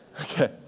Okay